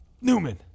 Newman